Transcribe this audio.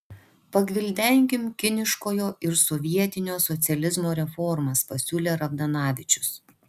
pagvildenkim kiniškojo ir sovietinio socializmo reformas pasiūlė ravdanavičius